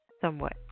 somewhat